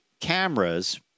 cameras